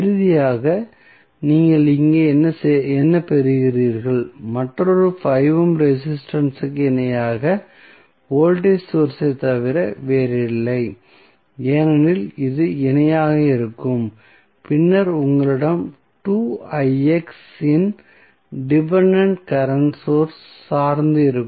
இறுதியாக நீங்கள் இங்கே என்ன பெறுகிறீர்கள் மற்றொரு 5 ஓம் ரெசிஸ்டன்ஸ் இற்கு இணையாக வோல்டேஜ் சோர்ஸ் ஐத் தவிர வேறில்லை ஏனெனில் இது இணையாக இருக்கும் பின்னர் உங்களிடம் 2ix இன் டிபென்டென்ட் கரண்ட் சோர்ஸ் சார்ந்து இருக்கும்